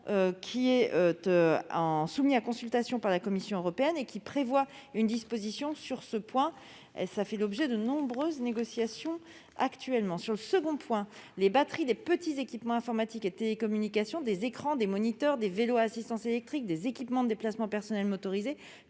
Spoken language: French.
moment soumis à consultation par la Commission européenne, comporte une disposition en ce sens. Il fait l'objet de nombreuses négociations actuellement. Sur le second point, les batteries des petits équipements informatiques et de télécommunication, des écrans, des moniteurs, des vélos à assistance électrique, des équipements de déplacement personnel motorisés